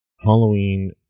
Halloween